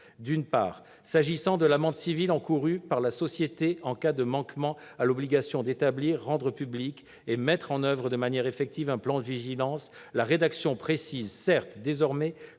D'une part, s'agissant de l'amende civile encourue par la société en cas de manquement à l'obligation d'établir, de rendre public et de mettre en oeuvre de manière effective un plan de vigilance, la rédaction précise désormais